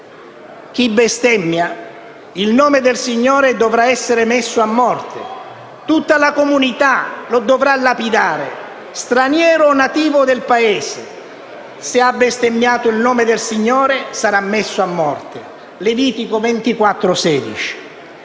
«Chi bestemmia il nome del Signore dovrà essere messo a morte: tutta la comunità lo dovrà lapidare. Straniero o nativo del paese, se ha bestemmiato il nome del Signore, sarà messo a morte (Levitico 24:16)».